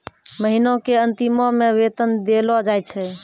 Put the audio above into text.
महिना के अंतिमो मे वेतन देलो जाय छै